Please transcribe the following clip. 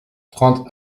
trente